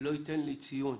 לא ייתן לי ציון,